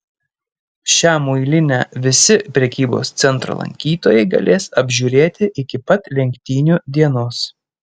šią muilinę visi prekybos centro lankytojai galės apžiūrėti iki pat lenktynių dienos